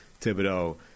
Thibodeau